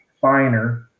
finer